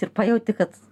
ir pajauti kad